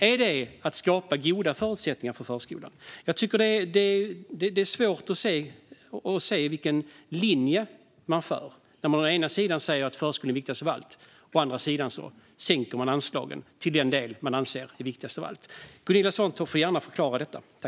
Är det att skapa goda förutsättningar för förskolan? Det är svårt att se vilken linje man för. Å ena sidan säger man att förskolan är viktigast av allt, å andra sidan sänker man anslagen till den del man anser viktigast av allt. Gunilla Svantorp får gärna förklara detta.